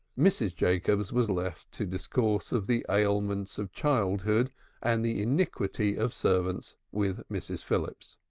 mrs. jacobs was left to discourse of the ailments of childhood and the iniquities of servants with mrs. phillips.